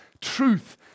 truth